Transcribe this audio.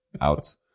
out